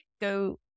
Go